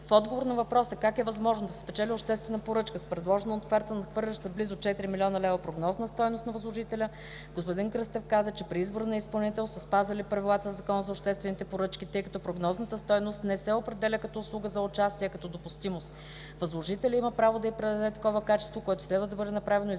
В отговор на въпроса как е възможно да се спечели обществена поръчка с предложена оферта, надхвърляща с близо 4 млн. лв. прогнозната стойност на възложителя, господин Кръстев каза, че при избора на изпълнител са спазвали правилата на Закона за обществените поръчки, тъй като прогнозната стойност не се определя като услуга за участие, а като допустимост. Възложителят има право да й предаде такова качество, което следва да бъде направено изрично